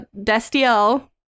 Destiel